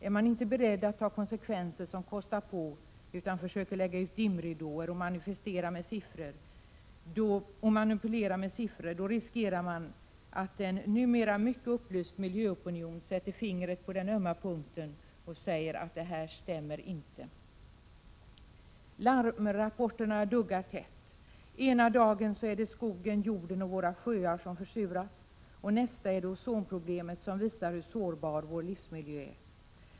Är man inte beredd att ta konsekvenser som kostar på utan försöker lägga ut dimridåer och manipulerar med siffror, riskerar man att en numera mycket upplyst miljöopinion sätter fingret på den ömma punkten och säger att detta inte stämmer. Larmrapporterna duggar tätt. Ena dagen är det skogen, jorden och våra sjöar som försuras. Nästa dag är det ozonproblemet som visar hur sårbar vår livsmiljö är.